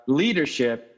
leadership